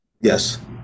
Yes